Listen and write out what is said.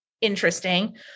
Interesting